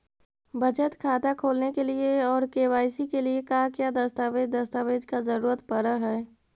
बचत खाता खोलने के लिए और के.वाई.सी के लिए का क्या दस्तावेज़ दस्तावेज़ का जरूरत पड़ हैं?